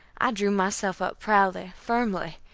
i drew myself up proudly, firmly,